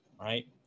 right